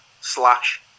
slash